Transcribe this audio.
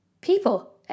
People